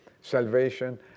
Salvation